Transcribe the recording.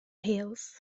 hills